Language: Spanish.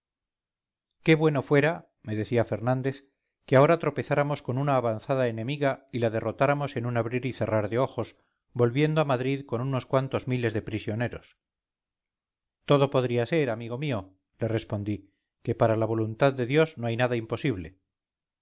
qué bueno fuera me decía fernández que ahora tropezáramos con una avanzada enemiga y la derrotáramos en un abrir y cerrar de ojos volviendo a madrid con unos cuantos miles de prisioneros todo podría ser amigo mío le respondí que para la voluntad de dios no hay nada imposible